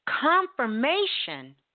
confirmation